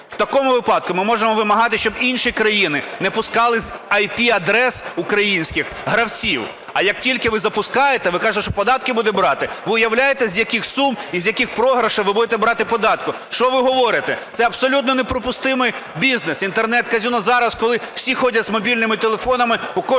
В такому випадку ми можемо вимагати, щоб інші країни не пускали з ІР-адрес українських гравців. А як тільки ви запускаєте, ви кажете, що податки будете брати, ви уявляєте з яких сум і з яких програшів ви будете брати податки. Що ви говорите? Це абсолютно неприпустимий бізнес – Інтернет-казино зараз, коли всі ходять з мобільними телефонами, у кожної